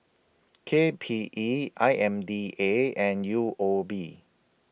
K P E I M D A and U O B